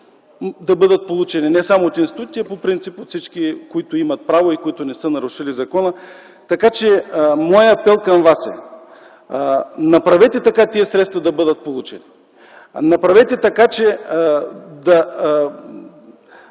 да бъдат получени – не само от институтите, а по принцип от всички, които имат право и не са нарушили закона. Така, че моят апел към вас е: направете така, че тези средства да бъдат получени. Направете така, че тези